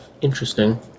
interesting